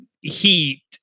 heat